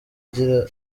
agira